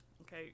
okay